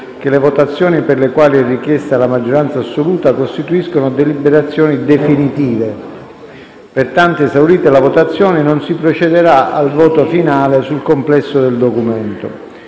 che le votazioni per le quali è richiesta la maggioranza assoluta costituiscono deliberazioni definitive; pertanto, esaurita la votazione, non si procederà al voto finale sul complesso del documento.